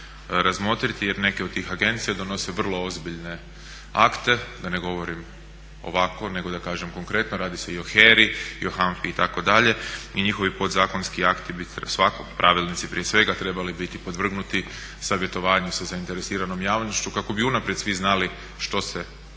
razmotriti jer neke od tih agencija donose vrlo ozbiljne akte, da ne govorim ovako nego da kažem konkretno. Radi se i o HERA-i i o HANFA-i itd. i njihovi podzakonski akti bi, svakako pravilnici prije svega trebali biti podvrgnuti savjetovanju sa zainteresiranom javnošću kako bi unaprijed svi znali što se